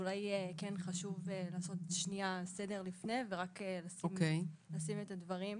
אולי כן חשוב לעשות סדר לפני ולשים את הדברים.